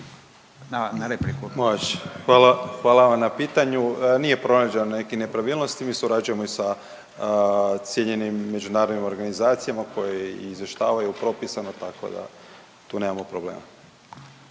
Zdenko** Može. Hvala vam na pitanju. Nije pronađeno nekih nepravilnosti, mi surađujemo i sa cijenjenim međunarodnim organizacijama koje izvještavaju propisano tako da tu nemamo problema.